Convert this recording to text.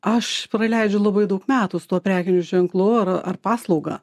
aš praleidžiu labai daug metų su tuo prekiniu ženklu ar ar paslauga